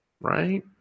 Right